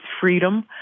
freedom